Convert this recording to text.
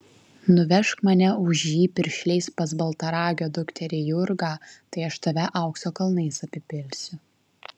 nuvežk mane už jį piršliais pas baltaragio dukterį jurgą tai aš tave aukso kalnais apipilsiu